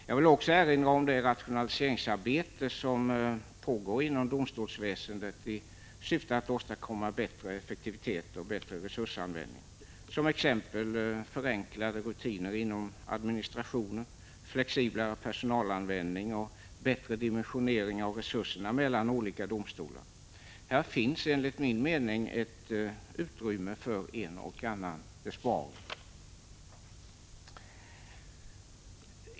Jag vill också erinra om det rationaliseringsarbete som pågår inom domstolsväsendet i syfte att åstadkomma större effektivitet och bättre resursanvändning, t.ex. förenklade rutiner inom administrationen, flexiblare personalanvändning och bättre dimensionering av resurserna mellan olika domstolar. Här finns enligt min mening utrymme för en och annan besparing.